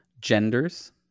Genders